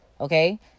Okay